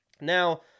Now